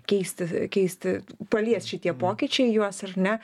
keisti keisti palies šitie pokyčiai juos ar ne